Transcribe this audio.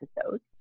episodes